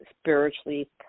spiritually